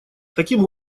таким